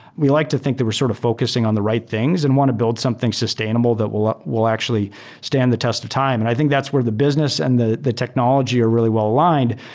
we like to think that we're sort of focusing on the right things and want to build something sustainable that will will actually stand the test of time, and i think that's where the business and the the technology are really well-aligned.